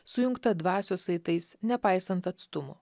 sujungtą dvasios saitais nepaisant atstumo